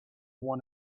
one